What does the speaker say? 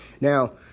Now